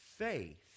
Faith